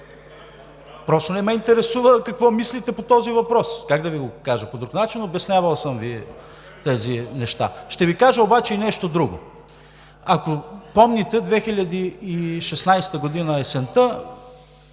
Просто не ме интересува какво мислите по този въпрос! Как да Ви го кажа по друг начин?! Обяснявал съм Ви тези неща. Ще Ви кажа обаче и нещо друго. Ако помните 2016 г. – есента,